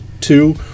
two